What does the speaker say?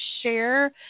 share